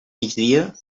migdia